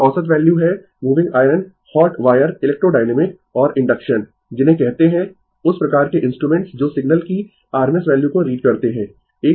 यह औसत वैल्यू है moving iron hot wire electrodynamic और इंडक्शन जिन्हें कहते है उस प्रकार के इंस्ट्रूमेंट्स जो सिग्नल की RMS वैल्यू को रीड करते है